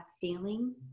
feeling